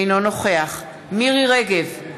אינו נוכח מירי רגב,